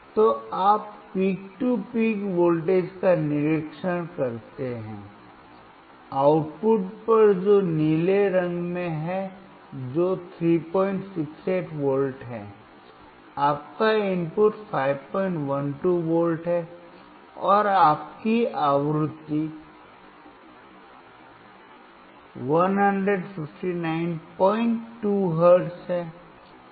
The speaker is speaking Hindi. तो आप पीक टू पीक वोल्टेज का निरीक्षण करते हैं आउटपुट पर जो नीले रंग में है जो 368V है आपका इनपुट 512V है और आपकी आवृत्ति आवृत्ति 1592 हर्ट्ज है